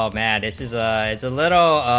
um and is is eyes a little